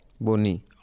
Boni